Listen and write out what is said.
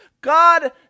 God